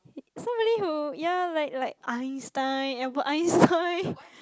somebody who ya like like Einstein Albert-Einstein